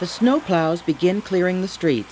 the snow plows begin clearing the street